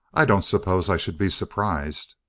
i don't suppose i should be surprised.